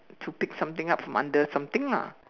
to pick something up from under something lah